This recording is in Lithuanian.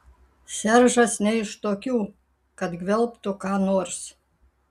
seržas ne iš tokių kad gvelbtų ką nors